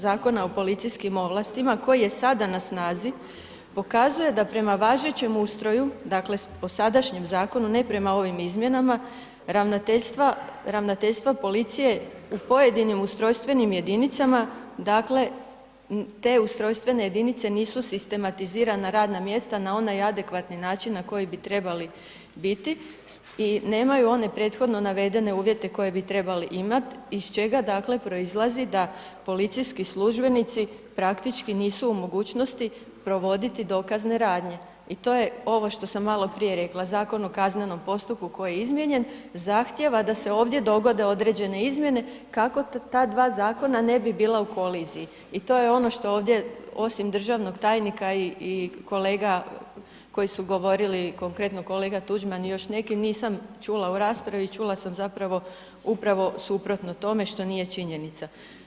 Zakona o policijskim ovlastima koji je sada na snazi, pokazuje da prema važećem ustroju, dakle, po sadašnjem zakonu, ne prema ovim izmjenama, ravnateljstvo policije u pojedinim ustrojstvenim jedinicama, dakle, te ustrojstvene jedinice nisu sistematizirana radna mjesta na onaj adekvatni način na koji bi trebali biti i nemaju one prethodno navedene uvjete koje bi trebali imat, iz čega, dakle, proizlazi da policijski službenici praktički nisu u mogućnosti provoditi dokazne radnje i to je ovo što sam maloprije rekla, Zakon o kaznenom postupku koji je izmijenjen zahtijeva da se ovdje dogode određene izmjene kako ta dva zakona ne bi bila u koliziji i to je ono što ovdje osim državnog tajnika i kolega koji su govorili, konkretno kolega Tuđman i još neki, nisam čula u raspravi, čula sam zapravo upravo suprotno tome što nije činjenica.